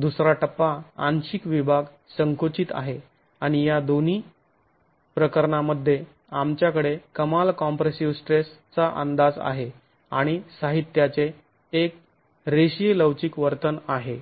दुसरा टप्पा आंशिक विभाग संकुचित आहे आणि या दोन्ही प्रकरणांमध्ये आमच्याकडे कमाल कॉम्प्रेसिव स्ट्रेस चा अंदाज आहे आणि साहित्याचे हे रेषीय लवचिक वर्तन आहे